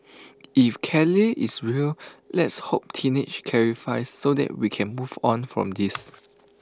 if Kelly is real let's hope teenage clarifies so that we can move on from this